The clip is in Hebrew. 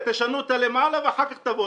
תשנו למעלה ואחר כך תבואו.